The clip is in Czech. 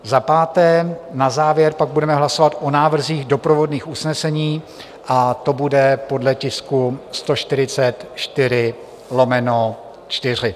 Za páté na závěr pak budeme hlasovat o návrzích doprovodných usnesení, a to bude podle tisku 144/4.